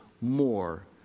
more